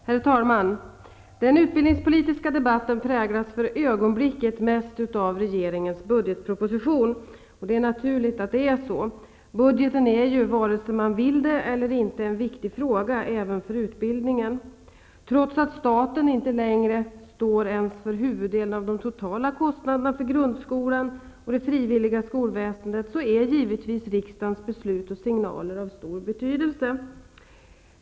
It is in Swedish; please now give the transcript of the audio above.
Herr talman! Den utbildningspolitiska debatten präglas för ögonblicket mest av regeringens budgetproposition. Det är naturligt att det är så. Budgeten är ju, vare sig man vill det eller inte, en viktig fråga även för utbildningen. Trots att staten inte längre står ens för huvuddelen av de totala kostnaderna för grundskolan och det frivilliga skolväsendet, är givetvis riksdagens beslut och signaler av stor betydelse.